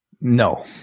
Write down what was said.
No